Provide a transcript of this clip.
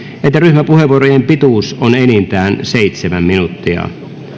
että ryhmäpuheenvuorojen pituus on enintään seitsemän minuuttia